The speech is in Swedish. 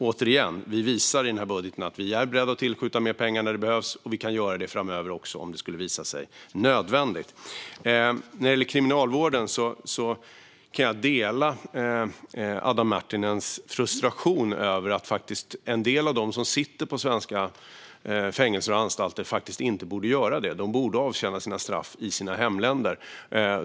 Återigen: Vi visar i denna budget att vi är beredda att tillskjuta mer pengar när det behövs, och vi kan göra det framöver också om det skulle visa sig nödvändigt. När det gäller kriminalvården kan jag dela Adam Marttinens frustration över att en del av dem som sitter på svenska fängelser och anstalter faktiskt inte borde göra det. De borde avtjäna sina straff i sina hemländer.